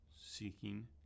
seeking